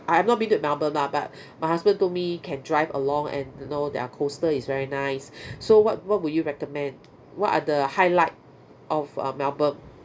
I've not been to melbourne lah but my husband told me can drive along and you know their coastal is very nice so what what would you recommend what are the highlight of uh melbourne